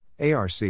arc